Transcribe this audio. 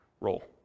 role